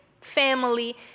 family